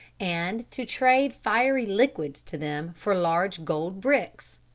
and to trade fiery liquids to them for large gold bricks.